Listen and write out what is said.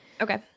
Okay